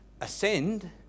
ascend